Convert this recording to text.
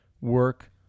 work